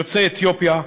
יוצאי אתיופיה,